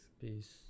Peace